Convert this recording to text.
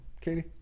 Katie